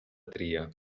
tria